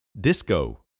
Disco